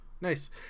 Nice